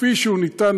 כפי שהוא עכשיו,